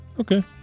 Okay